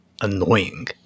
annoying